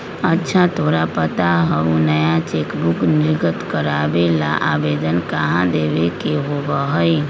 अच्छा तोरा पता हाउ नया चेकबुक निर्गत करावे ला आवेदन कहाँ देवे के होबा हई?